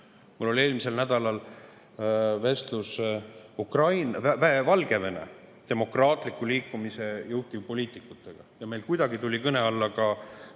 Mul oli eelmisel nädalal vestlus Valgevene demokraatliku liikumise juhtivpoliitikutega ja meil tuli kõne alla ka